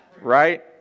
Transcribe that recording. Right